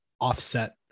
Offset